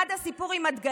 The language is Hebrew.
אחד, הסיפור עם הדגלים.